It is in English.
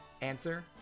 Answer